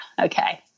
Okay